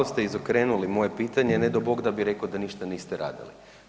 Malo ste izokrenuli moje pitanje, ne d'o Bog da bi rekao da ništa niste radili.